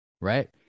Right